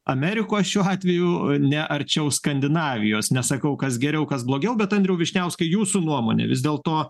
amerikos šiuo atveju ne arčiau skandinavijos nesakau kas geriau kas blogiau bet andriau vyšniauskai jūsų nuomone vis dėlto